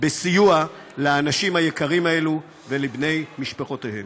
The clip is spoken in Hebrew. בסיוע לאנשים היקרים האלו ולבני משפחותיהם.